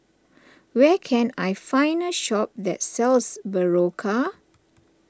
where can I find a shop that sells Berocca